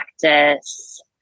practice